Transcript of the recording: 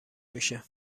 میشه